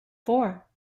four